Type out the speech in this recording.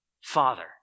Father